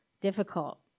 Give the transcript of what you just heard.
difficult